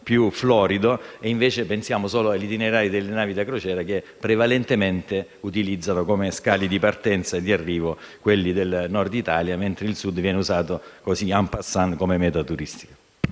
più florido. Pensiamo - ad esempio - agli itinerari delle navi da crociera, che prevalentemente utilizzano come scali di partenza e di arrivo quelli del Nord Italia, mentre il Sud viene usato*, en passant*, come meta turistica.